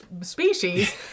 species